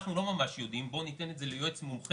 שאנחנו לא ממש יודעים, וניתן את זה ליועץ מומחה